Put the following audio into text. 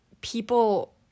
people